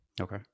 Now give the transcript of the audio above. Okay